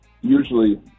usually